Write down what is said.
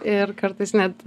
ir kartais net